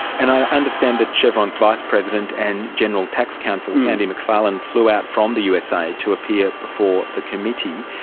and i understand that chevron's vice president and general tax counsel sandy macfarlane flew out from the usa to appear before the committee.